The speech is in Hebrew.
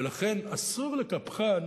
ולכן אסור לקפחן